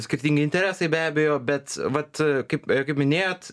skirtingi interesai be abejo bet vat kaip kaip paminėjot